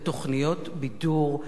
ותוכניות בידור, תודה.